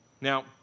Now